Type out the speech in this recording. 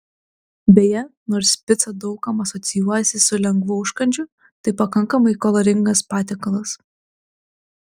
beje nors pica daug kam asocijuojasi su lengvu užkandžiu tai pakankamai kaloringas patiekalas